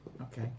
okay